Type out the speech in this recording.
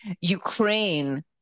Ukraine